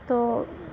तो